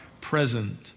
present